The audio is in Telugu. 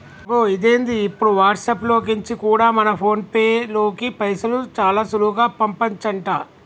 అగొ ఇదేంది ఇప్పుడు వాట్సాప్ లో కెంచి కూడా మన ఫోన్ పేలోకి పైసలు చాలా సులువుగా పంపచంట